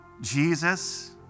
Jesus